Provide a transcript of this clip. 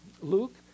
Luke